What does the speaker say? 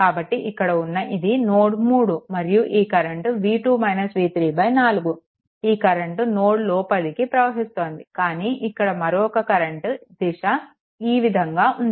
కాబట్టి ఇక్కడ ఉన్న ఇది నోడ్3 మరియు ఈ కరెంట్ 4 ఈ కరెంట్ నోడ్ లోపలికి ప్రవహిస్తోంది కానీ ఇక్కడ మరొక కరెంట్ దిశ ఈ విధంగా ఉంది